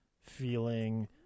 feeling